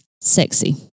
sexy